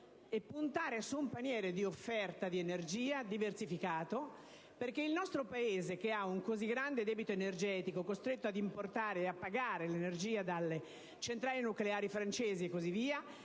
presentare un paniere di offerta di energia diversificato, perché il nostro Paese, che ha un così grande debito energetico ed è costretto ad importare e a pagare l'energia delle centrali nucleari francesi, ad